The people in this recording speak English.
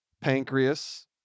pancreas